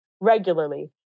regularly